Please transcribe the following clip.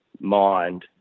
mind